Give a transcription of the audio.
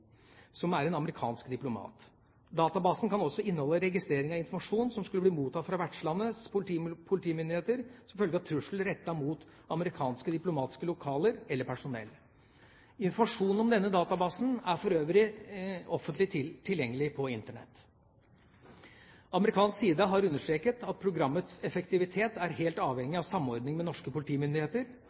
som er en amerikansk diplomat. Databasen kan også inneholde registrering av informasjon som skulle bli mottatt fra vertslandets politimyndigheter som følge av trusler rettet mot amerikanske diplomatiske lokaler eller personell. Informasjon om denne databasen er for øvrig offentlig tilgjengelig på Internett. Amerikansk side har understreket at programmets effektivitet er helt avhengig av samordning med norske